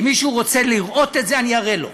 אם מישהו רוצה לראות את זה, אני אראה לו,